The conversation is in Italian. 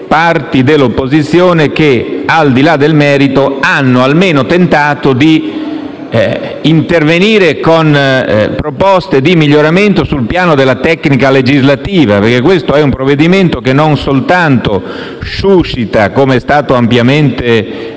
parti dell'opposizione che, al di là del merito, hanno tentato almeno di intervenire con proposte di miglioramento sul piano della tecnica legislativa. Questo è un provvedimento che non soltanto suscita - com'è stato ampiamente